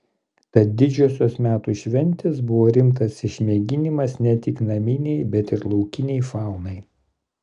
tad didžiosios metų šventės buvo rimtas išmėginimas ne tik naminei bet ir laukinei faunai